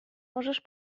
możesz